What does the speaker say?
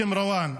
בשם רוואן,